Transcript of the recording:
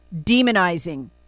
demonizing